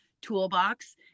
toolbox